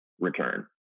return